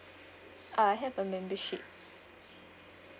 ah I have a membership